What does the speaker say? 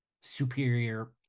superior